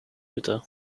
utah